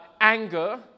anger